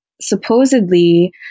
supposedly